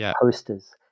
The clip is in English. posters